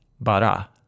bara